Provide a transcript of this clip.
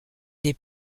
des